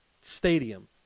stadium